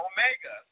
Omega